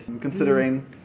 considering